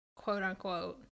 quote-unquote